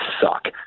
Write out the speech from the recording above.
suck